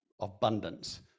abundance